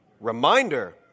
Reminder